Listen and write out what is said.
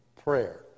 prayer